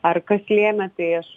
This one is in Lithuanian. ar kas lėmė tai aš